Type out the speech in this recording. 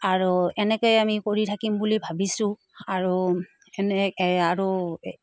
আৰু এনেকৈয়ে আমি কৰি থাকিম বুলি ভাবিছোঁ আৰু এনে আৰু